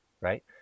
right